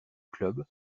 club